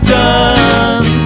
done